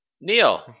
Neil